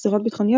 אסירות בטחוניות,